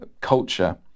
culture